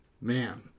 Man